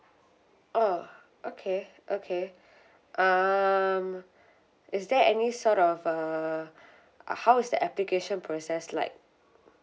oh okay okay um is there any sort of uh uh how is the application process like